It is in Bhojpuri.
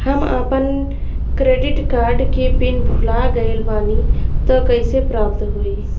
हम आपन क्रेडिट कार्ड के पिन भुला गइल बानी त कइसे प्राप्त होई?